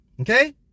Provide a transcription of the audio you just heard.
Okay